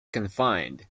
confined